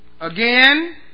Again